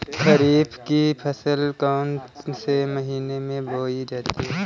खरीफ की फसल कौन से महीने में बोई जाती है?